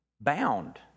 bound